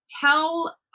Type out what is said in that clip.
tell